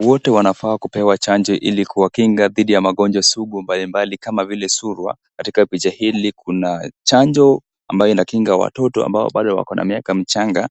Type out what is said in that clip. Wote wanafaa kupewa chanjo ili kuwakinga dhidi ya magonjwa sugu mbali mbali kama vile suruwa. Katika picha hili kuna chanjo ambayo inakinga watoto ambao bado wako na miaka michanga